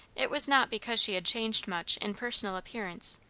it was not because she had changed much in personal appearance,